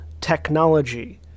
technology